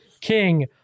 king